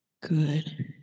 good